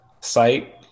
site